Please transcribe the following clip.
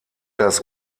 das